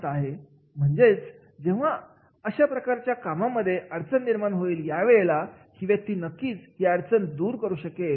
' म्हणजेच जेव्हा केव्हा अशा प्रकारच्या कामांमध्ये अडचण निर्माण होईल यावेळेला ही व्यक्ती नक्कीच ही अडचण दूर करू शकेल